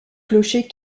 clocher